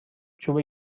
چوب